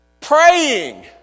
Praying